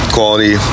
Quality